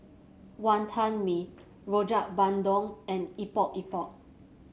Wonton Mee Rojak Bandung and Epok Epok